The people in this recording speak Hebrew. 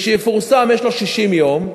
לכשיפורסם יש לו 60 יום,